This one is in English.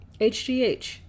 HGH